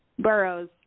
borough's